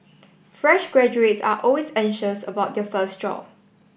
fresh graduates are always anxious about their first job